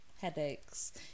Headaches